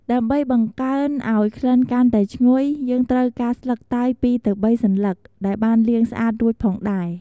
ដើម្បីបង្កើនអោយក្ក្លិនកាន់តែឈ្ងុយ យើងត្រូវការ ស្លឹកតើយ ២-៣ សន្លឹក ដែលបានលាងស្អាតរួចផងដែរ។